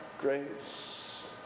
grace